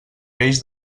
peix